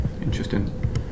Interesting